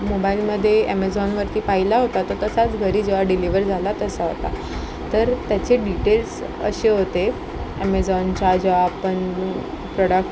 मोबाईलमध्ये ॲमेझॉनवरती पाहिला होता तसाच घरी जेव्हा डिलिव्हर झाला तसा होता तर त्याचे डिटेल्स असे होते ॲमेझॉनच्या जेव्हा आपण प्रोडक्ट